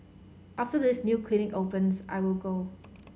after this new clinic opens I will go